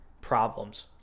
problems